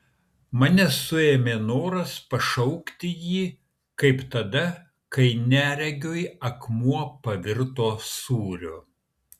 mane suėmė noras pašaukti jį kaip tada kai neregiui akmuo pavirto sūriu